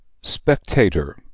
SPECTATOR